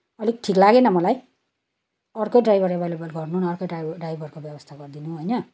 अलिक ठिक लागेन मलाई अर्कै ड्राइभर अभाएलेबल गर्नु न अर्को ड्राइभरको व्यवस्था गरिदिनु होइन